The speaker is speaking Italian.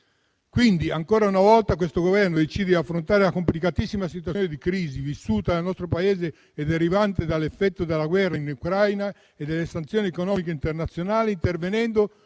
milioni. Ancora una volta, quindi, questo Governo decide di affrontare la complicatissima situazione di crisi vissuta dal nostro Paese e derivante dall'effetto della guerra in Ucraina e dalle sanzioni economiche internazionali intervenendo